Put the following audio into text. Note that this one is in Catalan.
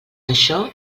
això